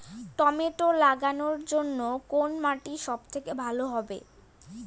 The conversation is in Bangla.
টমেটো লাগানোর জন্যে কোন মাটি সব থেকে ভালো হবে?